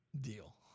Deal